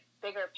bigger